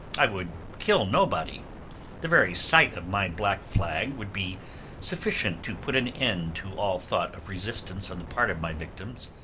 i would kill nobody the very sight of my black flag would be sufficient to put an end to all thought of resistance on the part of my victims,